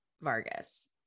Vargas